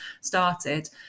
started